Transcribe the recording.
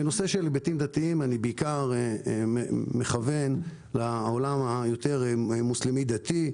ונושא של היבטים דתיים אני מכוון בעיקר לעולם היותר מוסלמי דתי,